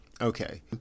Okay